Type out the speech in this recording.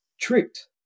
tricked